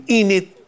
init